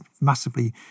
massively